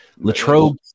Latrobe